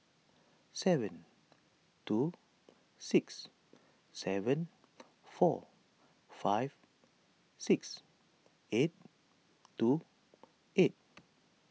seven two six seven four five six eight two eight